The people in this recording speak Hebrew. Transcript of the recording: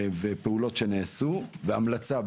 פעולה מלא